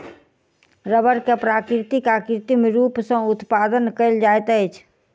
रबड़ के प्राकृतिक आ कृत्रिम रूप सॅ उत्पादन कयल जाइत अछि